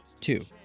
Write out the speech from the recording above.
Two